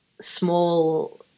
small